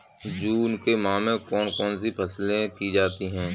जून के माह में कौन कौन सी फसलें की जाती हैं?